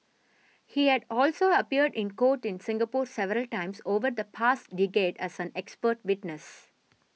he had also appeared in court in Singapore several times over the past decade as an expert witness